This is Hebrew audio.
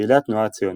פעילי התנועה הציונית,